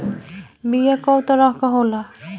बीया कव तरह क होला?